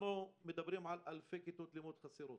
אנחנו מדברים על אלפי כיתות לימוד חסרות.